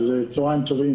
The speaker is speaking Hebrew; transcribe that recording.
צוהריים טובים.